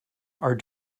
are